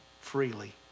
freely